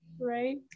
right